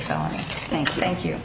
felony thank you thank you